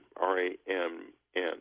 R-A-M-N